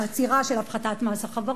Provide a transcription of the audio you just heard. העצירה של הפחתת מס החברות,